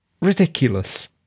ridiculous